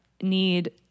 need